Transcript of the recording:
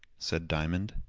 said diamond.